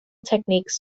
techniques